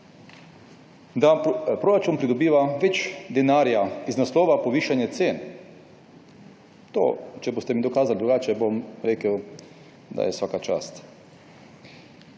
da proračun pridobiva več denarja z naslova povišanja cen. Če mi boste dokazali drugače, bom rekel vsaka čast.